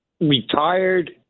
retired